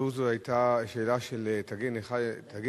לו זו לא היתה השאלה של תגים לנכים,